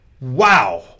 wow